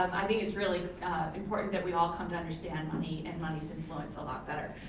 um i think it's really important that we all come to understand money and money's influence a lot better.